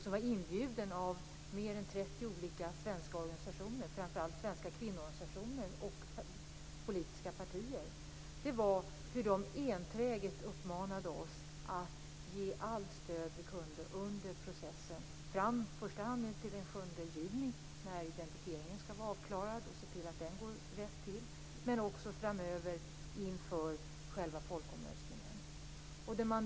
De var inbjudna av mer än 30 olika svenska organisationer, framför allt svenska kvinnoorganisationer och politiska partier. De uppmanade oss enträget att ge allt stöd vi kunde under processen, i första hand fram till den 7 juni när identifieringen skall vara avklarad och skall ha gått rätt till, men också framöver inför själva folkomröstningen.